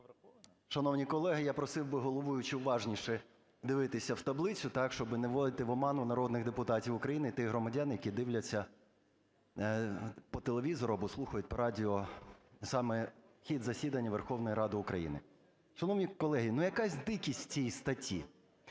Шановні колеги, я просив би головуючу уважніше дивитися в таблицю, щоб не вводити в оману народних депутатів України і тих громадян, які дивляться по телевізору або слухають по радіо саме хід засідання Верховної Ради України. Шановні колеги, ну, якась дикість в цій статті.